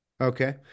Okay